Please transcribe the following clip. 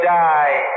die